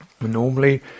normally